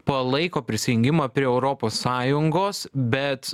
palaiko prisijungimą prie europos sąjungos bet